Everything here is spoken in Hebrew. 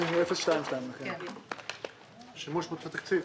בקשה מס' 05-022, של משרד האוצר.